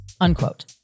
unquote